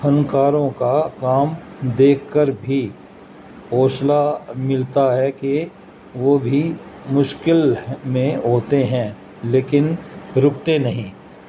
فنکاروں کا کام دیکھ کر بھی حوصلہ ملتا ہے کہ وہ بھی مشکل میں ہوتے ہیں لیکن رکتے نہیں